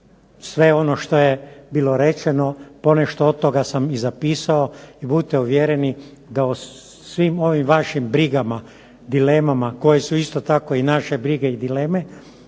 sve ono što je bilo rečeno. Ponešto od toga sam i zapisao i budite uvjereni da o svim ovim vašim brigama, dilemama koje su isto tako i naše brige i dileme